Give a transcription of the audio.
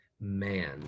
man